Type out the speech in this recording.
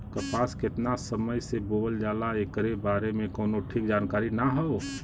कपास केतना समय से बोअल जाला एकरे बारे में कउनो ठीक जानकारी ना हौ